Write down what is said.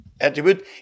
attribute